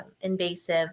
invasive